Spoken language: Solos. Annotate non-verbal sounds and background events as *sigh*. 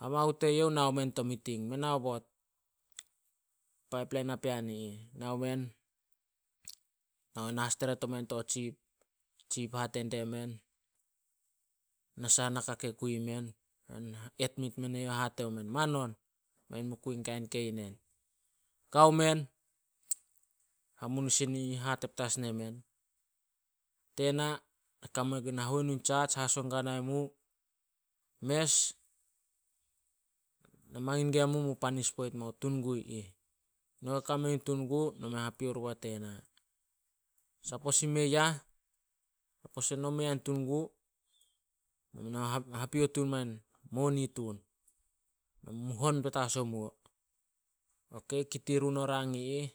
Hamahu teyouh nao men to miting, me aobot. Paip pla napean i ih. Nao men na hasteret omen to chief. Chief hate die men na saha naka kei kui men. Edmit mene youh, hate omen, manon men mu kui kain kei nen, *unintelligible* hamunisin i ih hate petas nemen, "Tena na kame gun nahuenu charge haso gua nai mu. Mes, na mangin guemu panis poit mo tun gu ih. No ke kame nin tun gu, no me hapio oriba tena. Sapos i mei ah, sapos eno i mei ain tun gu, no ha- hapio tun mai moni tun. Mu hon petas omuo." Ok, kit i run rang i ih.